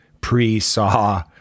pre-saw